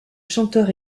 chanteur